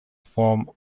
form